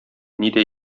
нидә